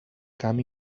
camp